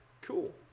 cool